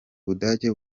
budage